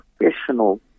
professional